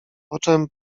poczem